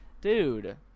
dude